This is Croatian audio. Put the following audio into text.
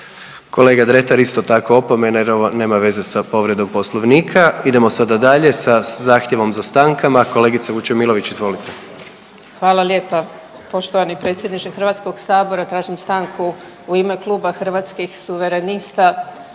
Kolega Dretar isto tako opomena jer ovo nema veze sa povredom Poslovnik. Idemo sada dalje sa zahtjevom za stankama, kolegice Vučemilović izvolite. **Vučemilović, Vesna (Hrvatski suverenisti)** Hvala lijepa. Poštovani predsjedniče Hrvatskog sabora tražim stanku u ime Kluba Hrvatskih suverenista,